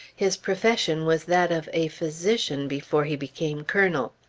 his profession was that of a physician before he became colonel.